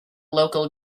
local